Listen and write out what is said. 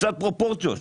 קצת פרופורציות.